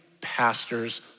pastors